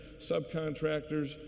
subcontractors